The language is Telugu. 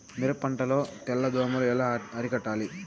మిరప పంట లో తెల్ల దోమలు ఎలా అరికట్టాలి?